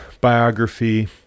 biography